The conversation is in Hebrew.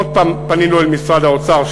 עוד הפעם פנינו אל משרד האוצר,